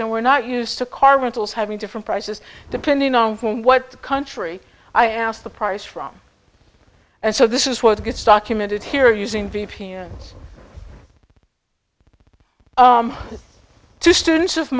and we're not used to car rentals having different prices depending on what country i ask the price from and so this is what gets documented here using v p n two students of